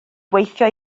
gweithio